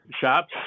shops